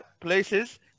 places